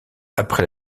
après